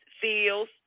feels